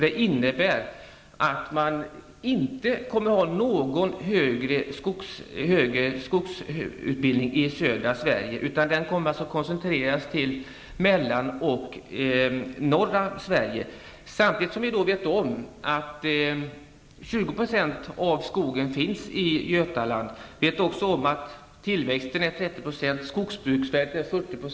Det innebär att man inte kommer att ha någon högre skogsutbildning i södra Sverige, utan att denna kommer att koncentreras till Mellansverige och norra Sverige. Samtidigt vet vi att 20 % av skogen finns i Götaland och att 30 % av tillväxten och 40 % av skogsbruksvärdet finns där.